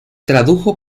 tradujo